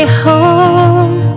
home